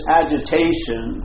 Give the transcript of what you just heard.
agitation